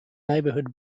neighborhood